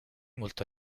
molto